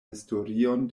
historion